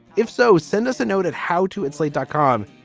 if so, send us a note at how to add slate dot com.